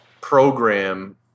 program